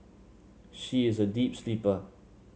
she is a deep sleeper